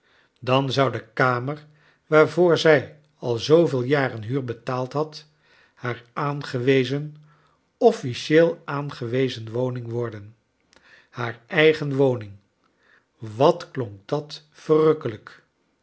dan zou de kamer waarvoor zij al zooveel jaren huur betaald had haar aangewezen offieieel aangewezen woning worden haar eigen woning wat klonk dat verrukkelijk